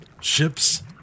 Ships